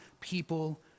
people